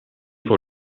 pour